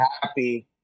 happy